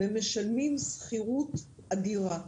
והם משלמים שכירות אדירה.